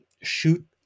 shoot